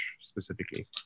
specifically